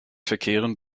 verkehren